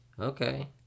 Okay